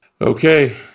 Okay